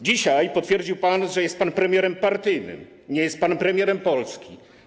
Dzisiaj potwierdził pan, że jest pan premierem partyjnym, nie jest pan premierem Polski.